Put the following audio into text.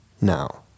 now